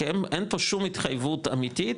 כי אין פה שום התחייבות אמיתית,